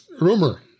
Rumor